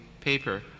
paper